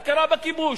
הכרה בכיבוש.